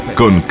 con